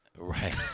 Right